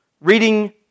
reading